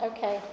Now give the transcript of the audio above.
Okay